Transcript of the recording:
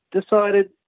decided